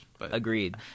Agreed